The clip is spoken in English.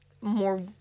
more